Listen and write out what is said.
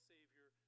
Savior